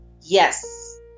yes